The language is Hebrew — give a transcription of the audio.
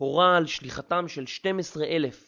הורה על שליחתם של 12,000